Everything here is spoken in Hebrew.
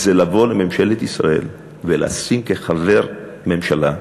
זה לבוא לממשלת ישראל ולשים כחבר ממשלה תוכנית,